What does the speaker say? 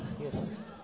Yes